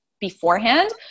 beforehand